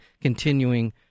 continuing